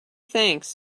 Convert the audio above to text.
thanks